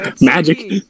Magic